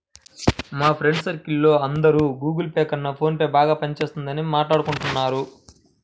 మా friends circle లో అందరూ గుగుల్ పే కన్నా ఫోన్ పేనే బాగా పని చేస్తున్నదని మాట్టాడుకుంటున్నారు